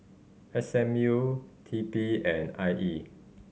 S M U T P and I E